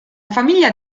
famiglia